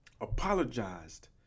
apologized